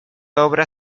obra